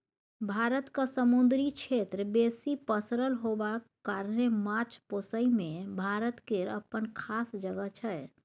भारतक समुन्दरी क्षेत्र बेसी पसरल होबाक कारणेँ माछ पोसइ मे भारत केर अप्पन खास जगह छै